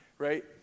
right